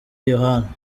yohana